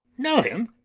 know him!